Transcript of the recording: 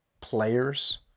players